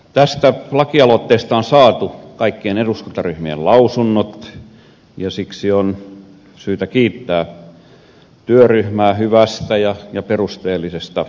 tästä lakialoitteesta on saatu kaikkien eduskuntaryhmien lausunnot ja siksi on syytä kiittää työryhmää hyvästä ja perusteellisesta pohjatyöstä